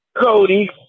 Cody